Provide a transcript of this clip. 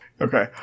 Okay